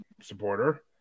supporter